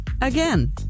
again